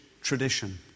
tradition